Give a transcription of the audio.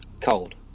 Cold